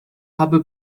habe